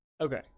Okay